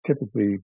typically